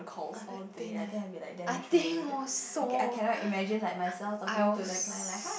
I very pain leh I think also I was